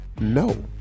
No